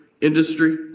industry